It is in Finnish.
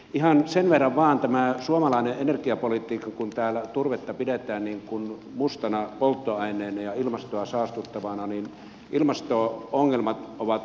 ihan sen verran vain tästä suomalaisesta energiapolitiikasta kun täällä turvetta pidetään mustana polttoaineena ja ilmastoa saastuttavana että ilmasto ongelmat ovat globaaleja